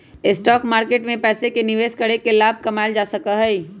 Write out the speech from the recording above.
stock market में पैसे के निवेश करके लाभ कमावल जा सका हई